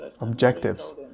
objectives